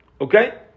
Okay